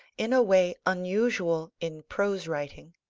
in a way unusual in prose writing.